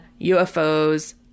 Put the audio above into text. UFOs